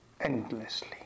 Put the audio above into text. endlessly